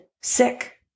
sick